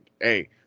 hey